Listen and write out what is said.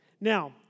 Now